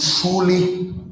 truly